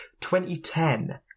2010